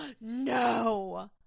No